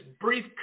brief